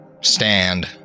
stand